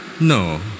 No